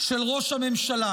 של ראש הממשלה.